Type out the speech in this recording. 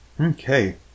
Okay